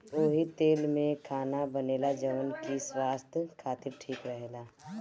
ओही तेल में खाना बनेला जवन की स्वास्थ खातिर ठीक रहेला